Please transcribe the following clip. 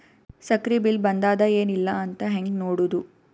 ಸಕ್ರಿ ಬಿಲ್ ಬಂದಾದ ಏನ್ ಇಲ್ಲ ಅಂತ ಹೆಂಗ್ ನೋಡುದು?